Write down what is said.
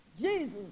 Jesus